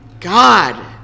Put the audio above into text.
god